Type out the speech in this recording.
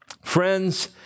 Friends